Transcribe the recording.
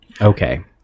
Okay